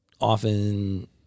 often